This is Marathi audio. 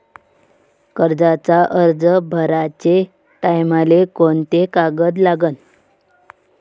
कर्जाचा अर्ज भराचे टायमाले कोंते कागद लागन?